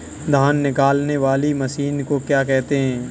धान निकालने वाली मशीन को क्या कहते हैं?